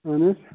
اَہن حظ